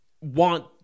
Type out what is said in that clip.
want